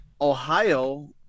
ohio